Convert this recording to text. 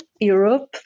Europe